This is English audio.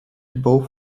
both